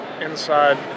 inside